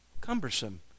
cumbersome